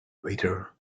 waiter